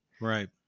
Right